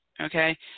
okay